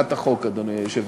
בהצעת החוק, אדוני היושב-ראש.